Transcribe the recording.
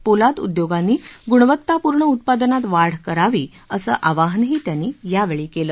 पोलाद उद्योगांनी गुणवत्तापूर्ण उत्पादनात वाढ करावी असं आवाहनही त्यांनी यावेळी केलं